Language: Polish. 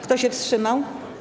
Kto się wstrzymał?